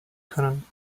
können